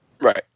Right